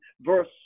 verse